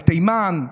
בתימן,